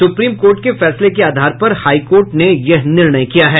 supreme court के फैसले के आधार पर हाईकोर्ट ने यह निर्णय किया है